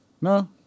no